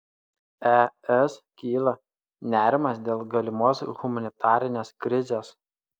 es kyla nerimas dėl galimos humanitarinės krizės